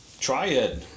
triad